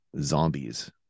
zombies